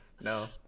No